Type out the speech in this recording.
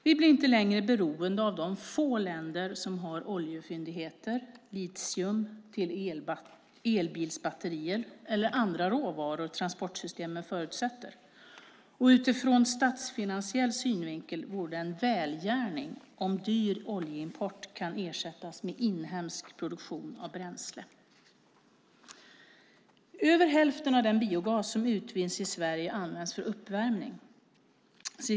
Vi blir inte längre beroende av de få länder som har oljefyndigheter, litium till elbilsbatterier eller andra råvaror som transportsystemen förutsätter. Utifrån statsfinansiell synvinkel vore det en välgärning om dyr oljeimport kan ersättas med inhemsk produktion av bränsle. Över hälften av den biogas som utvinns i Sverige används för uppvärmning.